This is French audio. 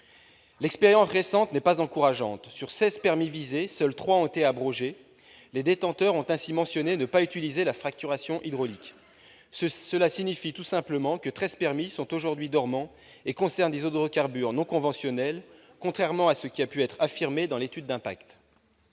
L'expérience récente n'est pas encourageante. Sur seize permis visés, seuls trois ont été abrogés. Les détenteurs ont ainsi mentionné ne pas utiliser la fracturation hydraulique. Cela signifie tout simplement que treize permis sont aujourd'hui dormants et concernent des hydrocarbures non conventionnels, contrairement à ce qui a pu être affirmé dans l'étude d'impact.